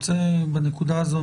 רוצה בנקודה הזו,